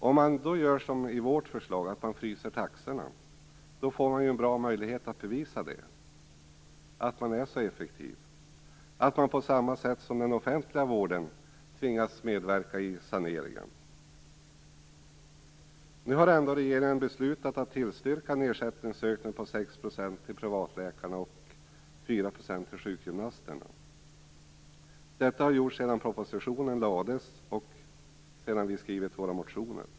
Om man som i vårt förslag fryser taxorna, får man ju en bra möjlighet att bevisa att man är så effektiv och tvingas att på samma sätt som den offentliga vården medverka i saneringen. Nu har ändå regeringen beslutat att tillstyrka en ersättningsökning om 6 % till privatläkarna och 4 % till sjukgymnasterna. Detta har gjorts sedan propositionen lades fram och sedan vi har skrivit våra motioner.